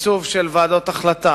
בתקצוב של ועדות החלטה,